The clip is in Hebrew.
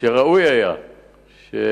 שראוי היה שהכנסת